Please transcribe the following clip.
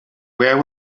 where